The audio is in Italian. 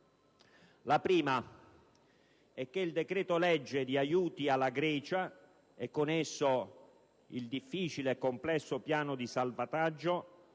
La prima è che il decreto-legge di aiuti alla Grecia, e con esso il difficile e complesso piano di salvataggio,